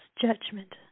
judgment